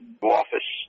Office